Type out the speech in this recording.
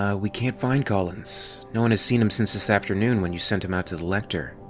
ah we can't find collins. no one has seen him since this afternoon when you sent him out to the lector.